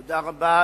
בבקשה.